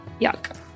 Yuck